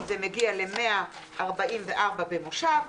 זה מגיע ל-144 במושב,